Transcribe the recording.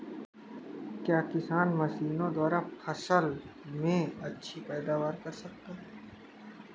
क्या किसान मशीनों द्वारा फसल में अच्छी पैदावार कर सकता है?